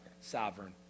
sovereign